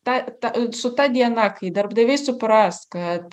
ta ta su ta diena kai darbdaviai supras kad